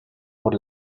por